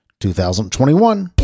2021